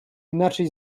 inaczej